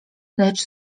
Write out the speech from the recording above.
lecz